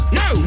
no